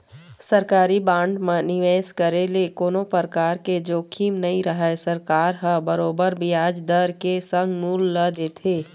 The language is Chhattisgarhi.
सरकारी बांड म निवेस करे ले कोनो परकार के जोखिम नइ रहय सरकार ह बरोबर बियाज दर के संग मूल ल देथे